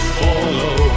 follow